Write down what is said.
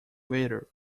waiter